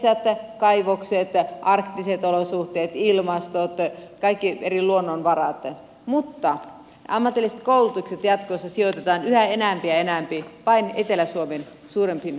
on metsät kaivokset arktiset olosuhteet ilmastot kaikki eri luonnonvarat mutta ammatilliset koulutukset jatkossa sijoitetaan yhä enempi ja enempi vain etelä suomen suurimpiin kaupunkeihin